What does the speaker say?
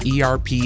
ERP